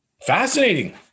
Fascinating